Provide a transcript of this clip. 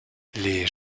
les